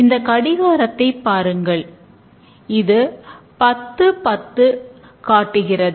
இந்த கடிகாரத்தை பாருங்கள் இது 1010 காட்டுகிறது